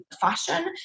fashion